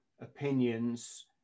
opinions